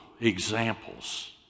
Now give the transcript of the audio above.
examples